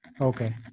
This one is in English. okay